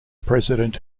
president